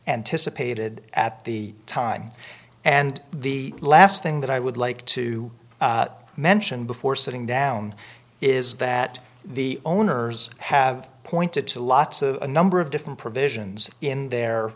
anticipated at the time and the last thing that i would like to mention before sitting down is that the owners have pointed to lots of a number of different provisions in